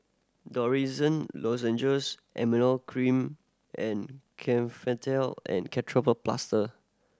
Dorithricin Lozenges Emla Cream and and Ketoprofen Plaster